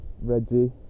Reggie